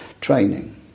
training